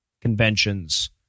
conventions